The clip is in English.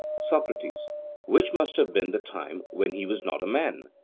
socrates which must have been the time when he was not a man?